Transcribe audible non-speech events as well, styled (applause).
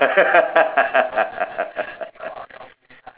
(laughs)